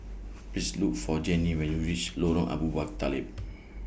Please Look For Jenny when YOU REACH Lorong Abu Talib